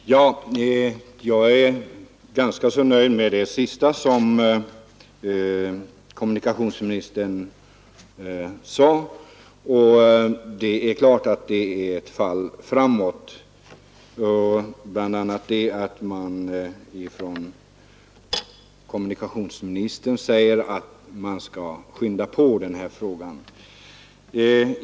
Fru talman! Jag är ganska nöjd med vad kommunikationsministern senast sade. Det är klart att det innebär ett fall framåt bl.a. när kommunikationsministern säger att man skall skynda på med den här saken.